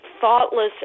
thoughtless